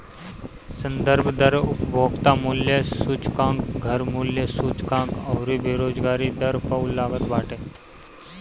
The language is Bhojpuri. संदर्भ दर उपभोक्ता मूल्य सूचकांक, घर मूल्य सूचकांक अउरी बेरोजगारी दर पअ लागत बाटे